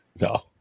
No